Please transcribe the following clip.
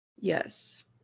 Yes